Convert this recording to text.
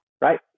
Right